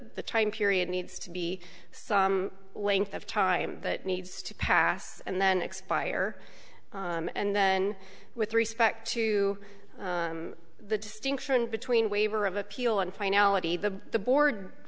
the time period needs to be some length of time that needs to pass and then expire and then with respect to the distinction between waiver of appeal and finality the board